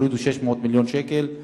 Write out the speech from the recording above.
הורידו 600 מיליון שקל.